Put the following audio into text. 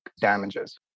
damages